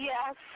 Yes